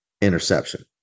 interception